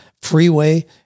freeway